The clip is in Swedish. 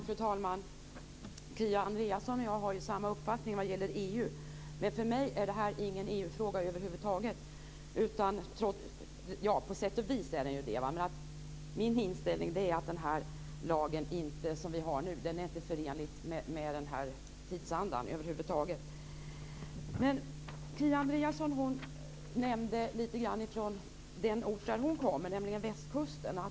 Fru talman! Kia Andreasson och jag har samma uppfattning vad gäller EU, men för mig är det här ingen EU-fråga över huvud taget. På sätt och vis är den det, men min inställning är att den lag som vi har nu inte är förenlig med tidsandan. Kia Andreasson nämnde den plats som hon kommer ifrån, nämligen västkusten.